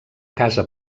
casa